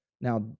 Now